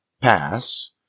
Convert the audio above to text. pass